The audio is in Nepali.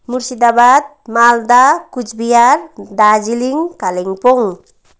मुर्शीदाबाद माल्दा कुच बिहार दार्जिलिङ कालिम्पोङ